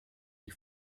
die